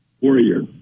Warrior